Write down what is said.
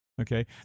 Okay